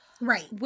Right